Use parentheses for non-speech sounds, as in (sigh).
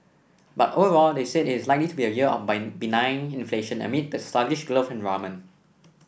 but overall they said it is likely to be a year of (unintelligible) benign inflation amid the sluggish growth environment